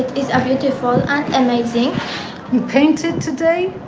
is a beautiful and amazing you painted today?